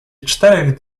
czterech